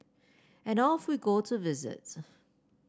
and off we go to visit